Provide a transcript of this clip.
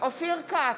אופיר כץ,